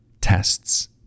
tests